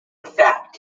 fact